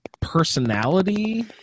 personality